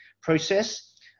process